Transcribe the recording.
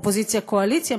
אופוזיציה קואליציה,